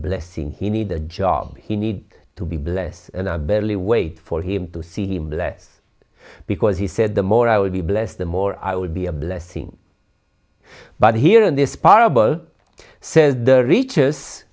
blessing he need a job he need to be blessed and i barely wait for him to see him that because he said the more i would be blessed the more i would be a blessing but here in this part says the r